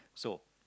so